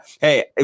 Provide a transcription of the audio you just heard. hey